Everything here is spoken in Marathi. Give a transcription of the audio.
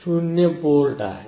0 पोर्ट आहे